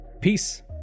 Peace